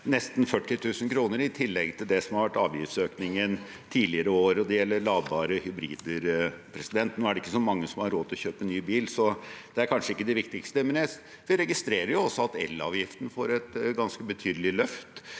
nesten 40 000 kr, i tillegg til det som har vært avgiftsøkningen tidligere år, og det gjelder ladbare hybridbiler. Nå er det ikke så mange som har råd til å kjøpe ny bil, så det er kanskje ikke det viktigste, men jeg registrerer også at elavgiften får et ganske betydelig løft,